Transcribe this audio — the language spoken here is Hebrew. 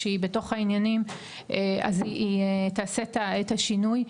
שהיא בתוך העניינים אז היא תעשה את השינוי,